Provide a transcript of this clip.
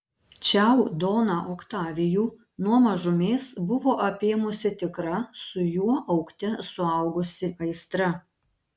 čiau doną otavijų nuo mažumės buvo apėmusi tikra su juo augte suaugusi aistra